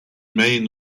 main